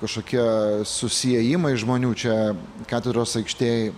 kažkokie susiėjimai žmonių čia katedros aikštėj